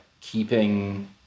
keeping